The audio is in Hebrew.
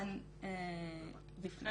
הטיסות הפרטיות אינן בפנים.